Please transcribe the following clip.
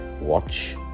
Watch